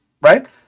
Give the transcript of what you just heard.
right